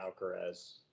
Alcaraz